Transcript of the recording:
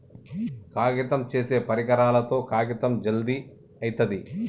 కాగితం చేసే పరికరాలతో కాగితం జల్ది అయితది